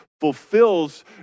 fulfills